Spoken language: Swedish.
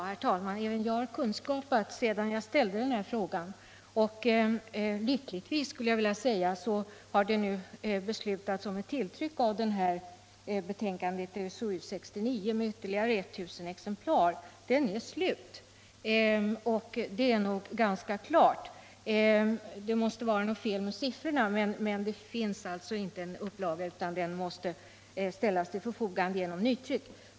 Herr talman! Även jag har kunskapat sedan jag ställde den här frågan och lyckligtvis, skulle jag vilja säga, har det nu beslutats om ett tilltryck av betänkandet SOU 1975:69 med ytterligare 1000 exemplar. Upplagan är slut. Det är nog ganska klart att de uppgifter som lämnats inte varit aktuella då det inte finns exemplar att få utan nytryck måste ske.